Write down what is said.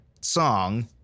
song